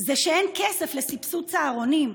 זה שאין כסף לסבסוד צהרונים,